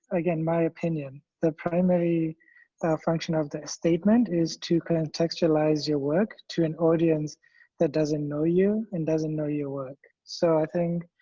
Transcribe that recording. again, my opinion, the primary function of the statement is to contextualize your work to an audience that doesn't know you and doesn't know your work. so i think